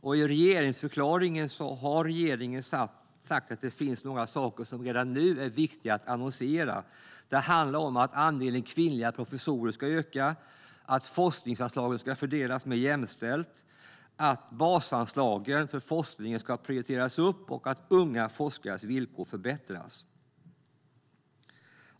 I regeringsförklaringen har regeringen sagt att det finns några saker som redan nu är viktiga att annonsera. Det handlar om att andelen kvinnliga professorer ska öka, att forskningsanslagen ska fördelas mer jämställt, att basanslagen för forskning ska prioriteras upp och att unga forskares villkor förbättras.